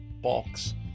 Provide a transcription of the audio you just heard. box